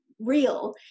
real